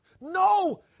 No